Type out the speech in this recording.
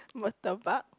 murtabak